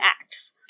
acts